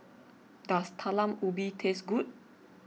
does Talam Ubi taste good